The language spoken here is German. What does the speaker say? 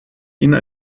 ihnen